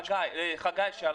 חגי,